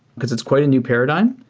because it's quite a new paradigm.